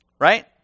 Right